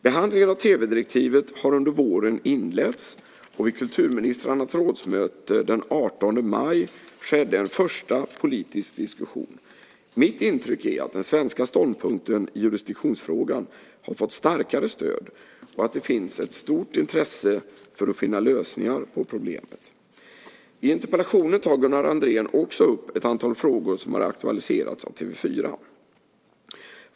Behandlingen av tv-direktivet har under våren inletts, och vid kulturministrarnas rådsmöte den 18 maj skedde en första politisk diskussion. Mitt intryck är att den svenska ståndpunkten i jurisdiktionsfrågan har fått ett starkare stöd och att det finns ett stort intresse för att finna lösningar på problemet. I interpellationen tar Gunnar Andrén också upp ett antal frågor som har aktualiserats av TV 4.